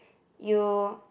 you